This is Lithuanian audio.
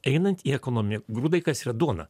einant į ekonominę grūdai kas yra duona